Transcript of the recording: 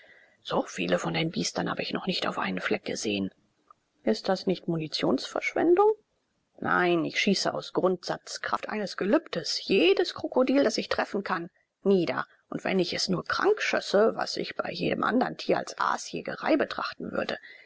so viele von den biestern habe ich noch nicht auf einem fleck gesehen ist das nicht munitionsverschwendung nein ich schieße aus grundsatz kraft eines gelübdes jedes krokodil das ich treffen kann nieder und wenn ich es nur krank schösse was ich bei jedem andren tier als aasjägerei betrachten würde